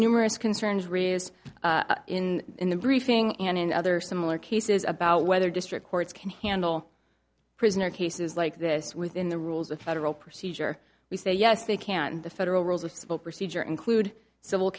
numerous concerns raised in in the briefing and in other similar cases about whether district courts can handle prisoner cases like this within the rules of federal procedure we say yes they can and the federal rules of civil procedure include